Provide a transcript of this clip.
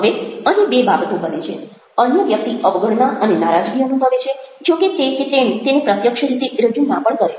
હવે અહીં બે બાબતો બને છે અન્ય વ્યક્તિ અવગણના અને નારાજગી અનુભવે છે જો કે તે કે તેણી તેને પ્રત્યક્ષ રીતે રજૂ ન પણ કરે